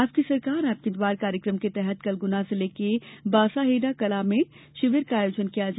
आपकी सरकार आपके द्वार कार्यक्रम के तहत कल गुना जिले के बासाहेडा कला में शिविर का आयोजन किया गया